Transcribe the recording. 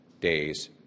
days